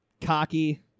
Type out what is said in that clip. cocky